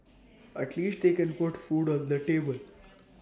at least they can put food on the table